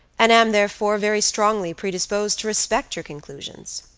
and am, therefore, very strongly predisposed to respect your conclusions.